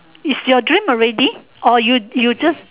is your dream already or you just